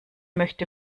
möchte